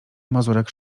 mazurek